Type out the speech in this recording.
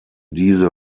diese